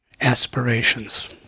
aspirations